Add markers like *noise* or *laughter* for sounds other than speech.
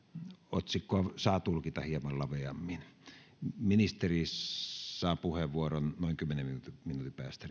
otsikkoa saa tulkita hieman laveammin ministeri saa puheenvuoron noin kymmenen minuutin päästä *unintelligible*